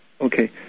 Okay